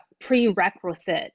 prerequisite